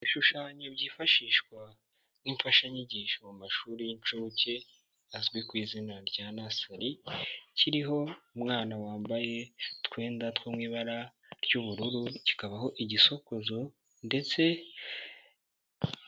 Ibishushanyo byifashishwa nk'imfashanyigisho mu mashuri y'incuke azwi ku izina rya Nasari, kiriho umwana wambaye utwenda two mu ibara ry'ubururu, kikabaho igisokozo ndetse.